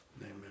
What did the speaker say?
Amen